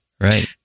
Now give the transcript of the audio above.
Right